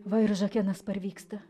va ir žakenas parvyksta